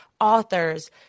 authors